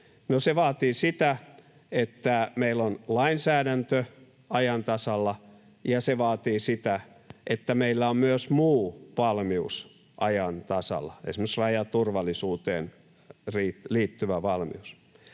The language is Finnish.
se vaatii sitä, että meillä on lainsäädäntö ajan tasalla, ja se vaatii sitä, että meillä on myös muu valmius ajan tasalla, esimerkiksi rajaturvallisuuteen liittyvä valmius.